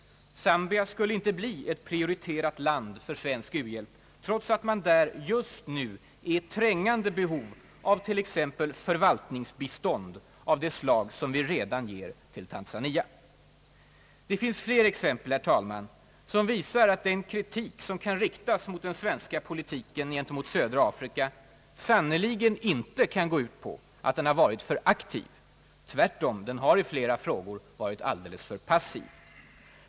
Zambia skulle inte bli ett prioriterat land för svensk u-hjälp, trots att man där just nu är i trängande behov av t.ex. förvaltningsbistånd av det slag som vi redan ger till Tanzania. Det finns fler exempel, som visar att den kritik som kan riktas mot den svenska politiken gentemot södra Afrika sannerligen inte kan gå ut på att den varit för aktiv. Tvärtom: den har i flera år varit alldeles för passiv.